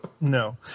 no